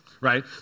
Right